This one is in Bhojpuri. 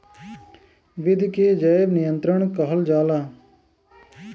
विधि के जैव नियंत्रण कहल जाला